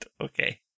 Okay